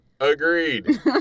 Agreed